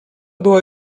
była